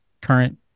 current